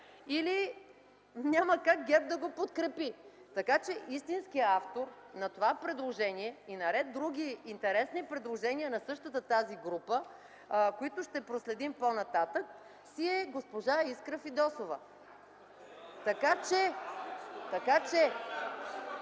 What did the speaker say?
или няма как ГЕРБ да го подкрепи. Така че истинският автор на това предложение и на ред други интересни предложения на същата тази група, които ще проследим по-нататък, си е госпожа Искра Фидосова. (Шум,